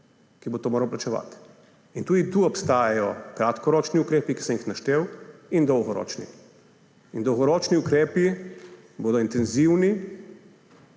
ki bo to moral plačevati. Tudi tu obstajajo kratkoročni ukrepi, ki sem jih naštel, in dolgoročni. Dolgoročni ukrepi bodo intenzivni